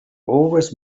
always